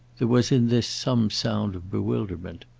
there was in this some sound of bewilderment.